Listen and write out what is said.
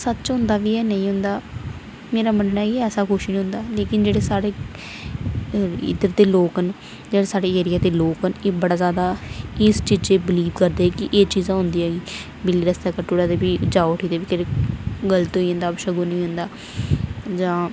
सच होंदा केह् ऐ नेईं होंदा मेरा मन्नना एह् ऐ कि ऐसा कुछ निं होंदा लेकन जेह्ड़े साढ़े इद्धर दे लोक न ते ओह् साढ़े जेह्ड़े लोक न बल्के बड़ा जादा इस चीजै र बिलीव करदे कि एह् चीजां होंदियां ऐ बिल्ली रस्ता कट्टुड़े ते प्ही जा उठी ते गल्त होई जंदा जां